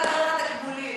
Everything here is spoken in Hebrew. צריך לתת לך תמלוגים.